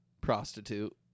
prostitute